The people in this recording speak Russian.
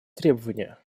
требования